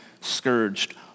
scourged